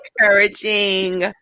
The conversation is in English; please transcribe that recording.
Encouraging